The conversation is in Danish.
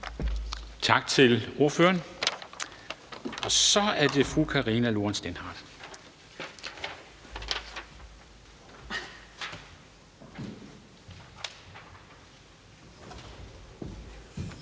Tak til ordføreren, og så er det fru Karina Lorentzen Dehnhardt.